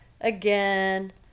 again